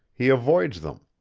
he avoids them.